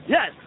Yes